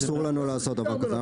אסור לנו לעשות דבר כזה.